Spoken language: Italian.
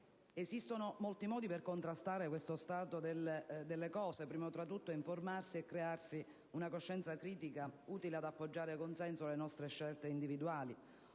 Esistono molti modi per contrastare questo stato delle cose, primo fra tutti informarsi e crearsi una coscienza critica utile ad appoggiare con senso le nostre scelte individuali.